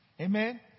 Amen